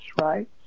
right